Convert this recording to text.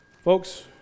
Folks